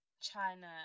China